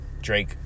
drake